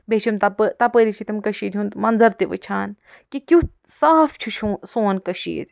بیٚیہِ چھِ یِم تپٲری چھِ تِم کشیٖرِ ہنٛد منٛطر تہِ وٕچھان کہِ کِیُتھ صاف چھُ سون کشیٖر